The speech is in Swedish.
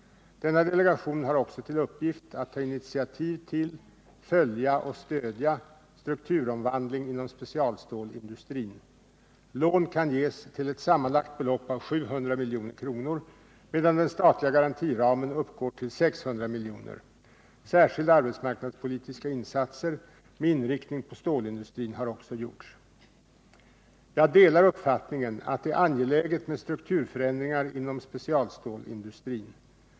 Denna delegation har också till uppgift att ta initiativ till, följa och stödja strukturomvandling inom specialstålindustrin. Lån kan ges till ett sammanlagt belopp av 700 milj.kr., medan den statliga garantiramen uppgår till 600 milj.kr. Särskilda arbetsmarknadspolitiska insatser med inriktning på stålindustrin har också gjorts. Jag delar uppfattningen att det är angeläget med strukturförändringar inom specialstålindustrin.